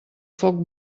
foc